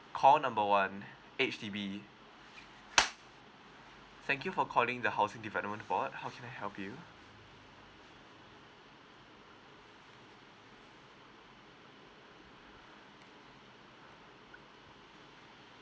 call number one H_D_B thank you for calling the housing development board how can I help you